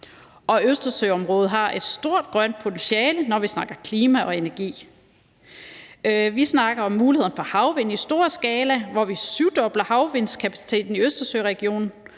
Og Østersøområdet har et stort grønt potentiale, når vi snakker klima og energi. Vi snakker om mulighederne for havvind i stor skala, hvor vi syvdobler havvindskapaciteten i Østersøregionen,